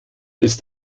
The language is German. ist